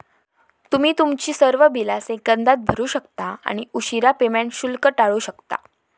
तुम्ही तुमची सर्व बिला सेकंदात भरू शकता आणि उशीरा पेमेंट शुल्क टाळू शकता